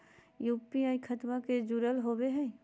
UPI खतबा से जुरल होवे हय?